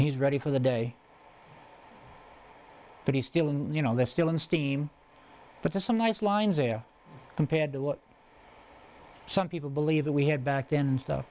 he's ready for the day but he still you know they're still in steam but there's some nice lines there compared to what some people believe that we had back then stuff